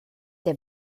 der